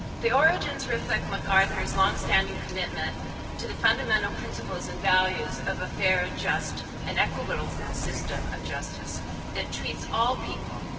the origins reflect macarthur's long-standing commitment to the fundamental principles and values of a fair, just and equitable system of justice that treats all people,